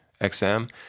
XM